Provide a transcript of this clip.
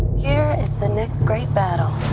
here is the next great battle.